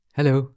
Hello